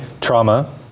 trauma